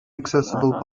accessible